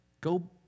Go